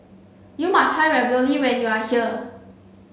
you must try Ravioli when you are here